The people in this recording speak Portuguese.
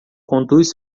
conduz